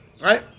Right